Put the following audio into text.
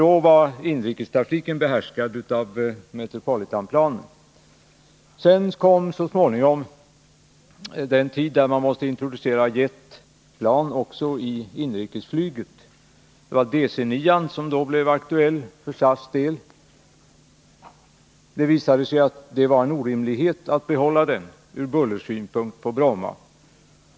Då skedde inrikestrafiken med Metropolitanplan. Så småningom kom den tid då jetplan måste introduceras också i inrikesflyget. Det var planet DC-9 som då blev aktuellt för SAS del. Det visade sig dock att det från bullersynpunkt var en orimlighet att behålla denna jettrafik på Bromma.